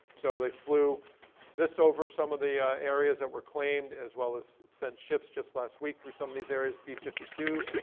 so they flew this over some of the areas that were claimed as we well as sent ships just last week through some of these areas, b fifty two.